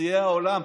לנשיאי העולם?